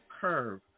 curve